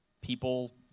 people